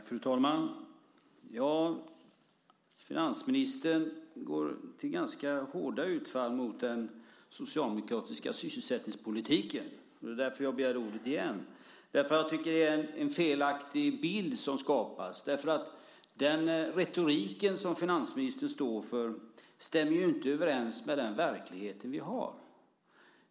Fru talman! Finansministern gör ett ganska hårt utfall mot den socialdemokratiska sysselsättningspolitiken. Det är därför jag begär ordet igen. Jag tycker att det är en felaktig bild som skapas. Den retorik som finansministern står för stämmer ju inte överens med den verklighet vi har.